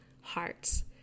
hearts